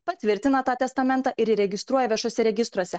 patvirtina tą testamentą ir įregistruoja viešuose registruose